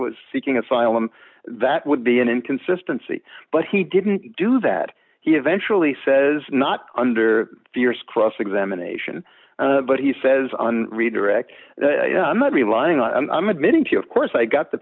was seeking asylum that would be an inconsistency but he didn't do that he eventually says not under fierce cross examination but he says on redirect you know i'm not relying on i'm admitting to you of course i got the